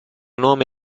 nome